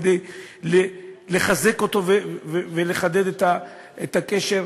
כדי לחזק אותו ולחדד את הקשר